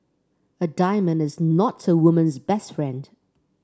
a diamond is not a woman's best friend